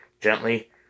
gently